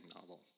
novel